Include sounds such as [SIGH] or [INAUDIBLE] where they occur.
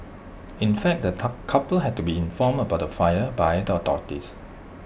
in fact the [UNINTELLIGIBLE] couple had to be informed about the fire by the authorities